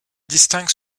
distingue